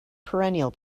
perennial